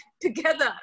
together